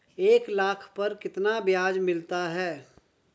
एक लाख पर कितना ब्याज मिलता है?